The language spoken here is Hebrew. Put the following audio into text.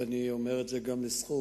ואני אומר את זה גם לזכות,